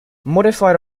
modified